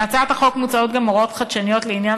בהצעת החוק מוצעות גם הוראות חדשניות לעניין